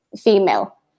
female